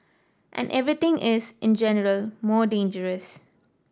and everything is in general more dangerous